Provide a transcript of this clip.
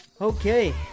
Okay